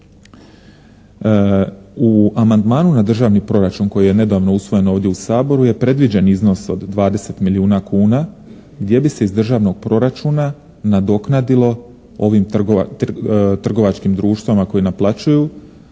U amandmanu na državni proračun koji je nedavno usvojen ovdje u Saboru je predviđen iznos od 20 milijuna kuna gdje bi se iz državnog proračuna nadoknadilo ovim trgovačkim društvima koji naplaćuju